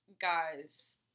guys